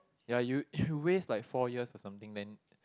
ya you you waste like four years or something then